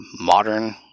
modern